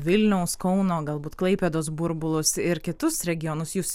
vilniaus kauno galbūt klaipėdos burbulus ir kitus regionus jūs